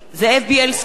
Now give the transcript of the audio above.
זאב בילסקי,